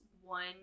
one